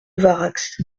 varax